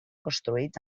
construïts